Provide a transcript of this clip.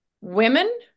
women